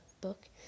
book